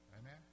Amen